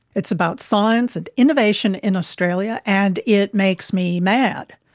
it's about science and innovation in australia, and it makes me mad.